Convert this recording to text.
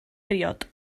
briod